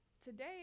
today